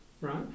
right